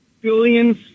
Billions